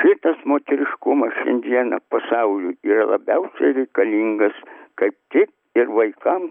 kai tas moteriškumas šiandien pasauliui yra labiausiai reikalingas kaip tik ir vaikam